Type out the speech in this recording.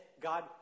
God